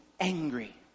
angry